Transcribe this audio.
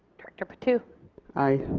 director patu aye.